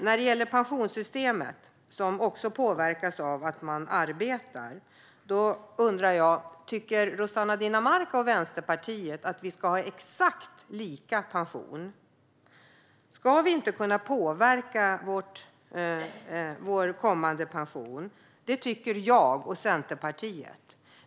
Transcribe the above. När det gäller pensionssystemet, som också påverkas av huruvida man arbetar, undrar jag om Rossana Dinamarca och Vänsterpartiet tycker att alla ska ha exakt samma pension. Ska vi inte kunna påverka vår kommande pension? Det tycker jag och Centerpartiet.